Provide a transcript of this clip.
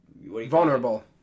Vulnerable